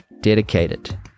dedicated